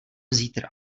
zítra